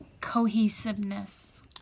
cohesiveness